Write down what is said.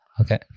okay